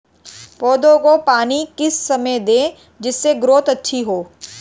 पौधे को पानी किस समय दें जिससे ग्रोथ अच्छी हो?